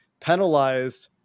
penalized